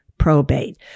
Probate